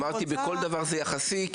אמרתי בכל דבר זה יחסי,